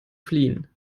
fliehen